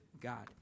God